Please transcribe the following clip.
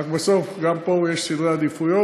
רק בסוף גם פה יש סדר עדיפויות.